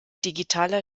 digitaler